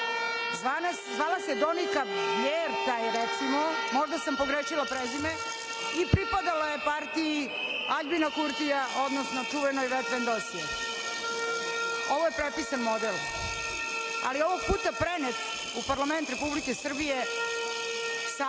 zvala se Donika Bjerta, recimo, možda sam pogrešila prezime i pripadala je partiji Aljbina Krutija, odnosno čuvenoj Vetevendosje. Ovo je prepisan model, ali ovog puta prenet u parlament Republike Srbije sa